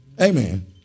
Amen